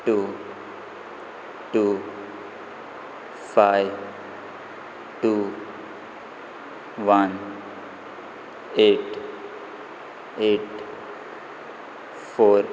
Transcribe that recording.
two two five two one eight eight four